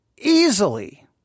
easily